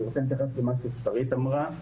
אני רוצה להתייחס למה ששרית אמרה,